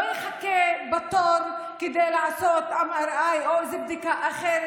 והוא לא יחכה בתור כדי לעשות MRI או איזו בדיקה אחרת,